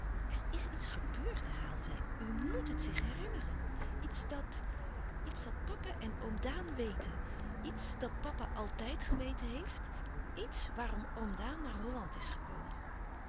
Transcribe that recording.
er is iets gebeurd herhaalde zij u moét het zich herinneren louis couperus van oude menschen de dingen die voorbij gaan iets dat iets dat papa en oom daan weten iets dat papa altijd geweten heeft iets waarom oom daan naar holland is gekomen